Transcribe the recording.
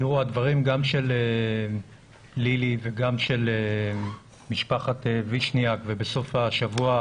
הדברים של לילי וגם של משפחת וישניאק ובסוף השבוע,